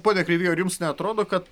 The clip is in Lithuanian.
pone kreivy ar jums neatrodo kad